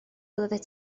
byddet